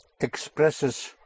expresses